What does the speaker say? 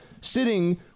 sitting